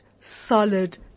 solid